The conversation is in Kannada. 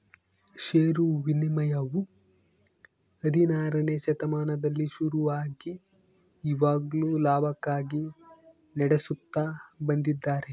ಷೇರು ವಿನಿಮಯವು ಹದಿನಾರನೆ ಶತಮಾನದಲ್ಲಿ ಶುರುವಾಗಿ ಇವಾಗ್ಲೂ ಲಾಭಕ್ಕಾಗಿ ನಡೆಸುತ್ತ ಬಂದಿದ್ದಾರೆ